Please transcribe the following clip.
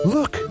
Look